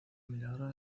milagro